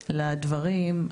לדברים,